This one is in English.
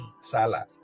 Salah